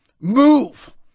move